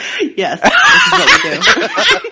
yes